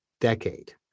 decade